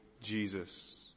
Jesus